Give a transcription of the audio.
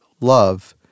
love